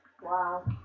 Wow